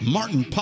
Martin